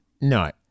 No